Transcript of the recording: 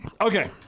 Okay